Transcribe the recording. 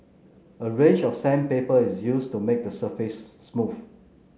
a range of sandpaper is used to make the surface smooth